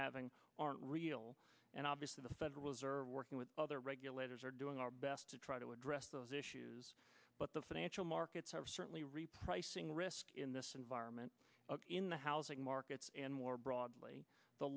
having aren't real and obviously the federal reserve working with other regulators are doing our best to try to address those issues but the financial markets are certainly repricing risk in this environment in the housing markets and more broadly the